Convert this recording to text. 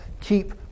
Keep